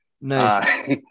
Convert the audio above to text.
Nice